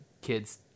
kids